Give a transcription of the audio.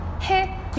Hey